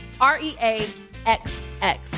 r-e-a-x-x